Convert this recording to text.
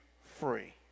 free